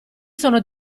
sono